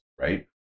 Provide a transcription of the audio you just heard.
Right